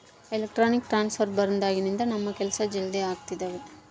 electronic transfer ಬಂದಾಗಿನಿಂದ ನಮ್ ಕೆಲ್ಸ ಜಲ್ದಿ ಆಗ್ತಿದವ